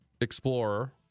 Explorer